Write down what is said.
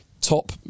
top